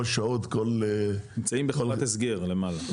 שעות -- הם נמצאים בחוות הסגר למעלה.